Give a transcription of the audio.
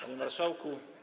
Panie Marszałku!